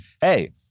hey